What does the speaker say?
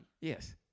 Yes